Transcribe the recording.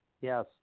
yes